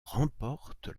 remporte